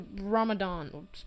Ramadan